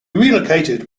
relocated